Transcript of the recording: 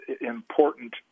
important